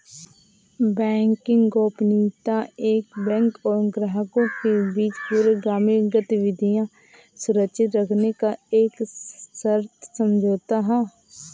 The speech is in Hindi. बैंकिंग गोपनीयता एक बैंक और ग्राहकों के बीच पूर्वगामी गतिविधियां सुरक्षित रखने का एक सशर्त समझौता है